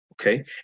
okay